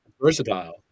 Versatile